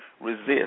Resist